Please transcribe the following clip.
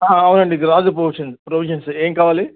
అవునండి ఇది Raju position provisions ఏమి కావాలి